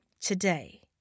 today